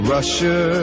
Russia